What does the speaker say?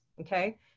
okay